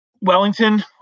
Wellington